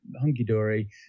hunky-dory